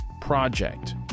Project